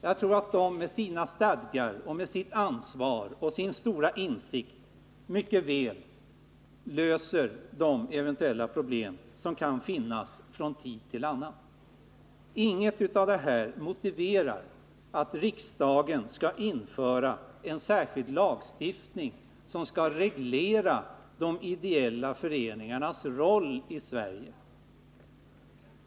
Jag tror att man där med sina stadgar, sitt ansvar och sin stora insikt mycket väl löser de problem som eventuellt kan finnas från tid till annan. Ingenting av detta motiverar att riksdagen skall införa en särskild lagstiftning, som skall reglera de ideella föreningarnas roll i Sverige.